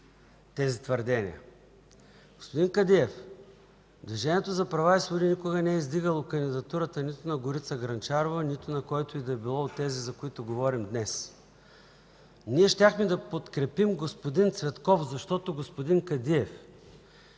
тези твърдения. Господин Кадиев, Движението за права и свободи никога не е издигало кандидатурата нито на Горица Грънчарова, нито на когото и да било от тези, за които говорим днес. Ние щяхме да подкрепим господин Цветков, защото, господин Кадиев,